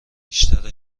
بیشتر